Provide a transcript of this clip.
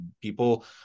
People